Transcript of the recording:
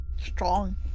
Strong